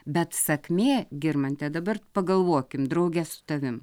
bet sakmė girmante dabar pagalvokim drauge su tavim